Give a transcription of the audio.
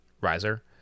riser